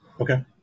Okay